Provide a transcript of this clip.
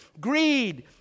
greed